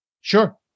Sure